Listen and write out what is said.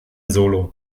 solo